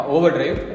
Overdrive